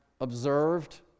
observed